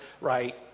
right